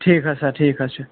ٹھیٖک حظ سَر ٹھیٖک حظ چھ